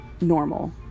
normal